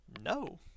No